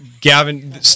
gavin